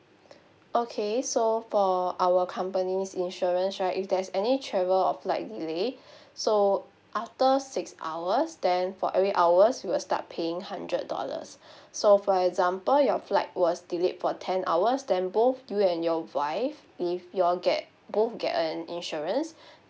okay so for our company's insurance right if there's any travel or flight delay so after six hours then for every hours we will start paying hundred dollars so for example your flight was delayed for ten hours then both you and your wife if you all get both get an insurance